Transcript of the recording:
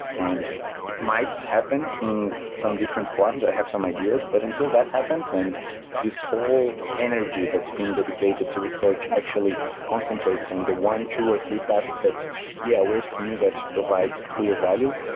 and it might happen in some different forms, i have some ideas, but until that happens and this whole energy that's being dedicated to research actually concentrates on the one, two or three paths that yeah, we're seeing that provide clear value,